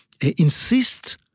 insist